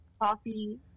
coffee